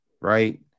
right